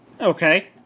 Okay